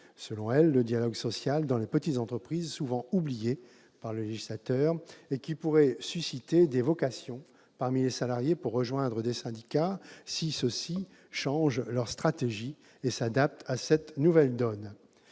de développer le dialogue social dans les petites entreprises, souvent oubliées du législateur, et qui pourrait susciter des vocations parmi les salariés pour rejoindre des syndicats, si ceux-ci changent leur stratégie et s'adaptent à cette nouvelle donne.